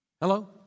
Hello